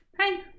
Hi